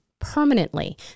permanently